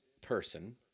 person